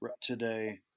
today